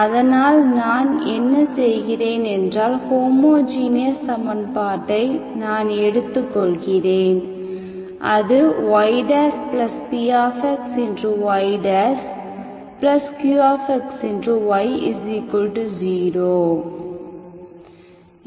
அதனால் நான் என்ன செய்கிறேன் என்றால் ஹோமோஜீனியஸ் சமன்பாட்டை நான் எடுத்துக் கொள்கிறேன் அது ypxyqxy 0